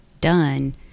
done